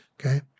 okay